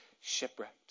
shipwrecked